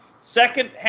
Second